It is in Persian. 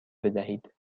بدهید